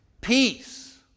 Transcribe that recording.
peace